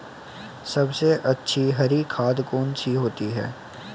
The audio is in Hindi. सबसे अच्छी हरी खाद कौन सी होती है?